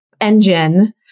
engine